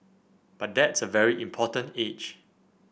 but that's a very important age